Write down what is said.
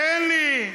תן לי.